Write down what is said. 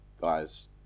guys